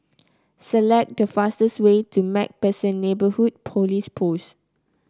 select the fastest way to MacPherson Neighbourhood Police Post